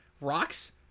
rocks